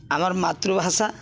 ଆମର୍ ମାତୃଭାଷା